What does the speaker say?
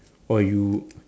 oh you